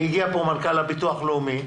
והגיע לפה מנכ"ל הביטוח הלאומי,